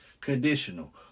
conditional